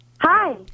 Hi